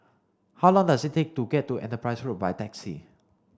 how long does it take to get to Enterprise Road by taxi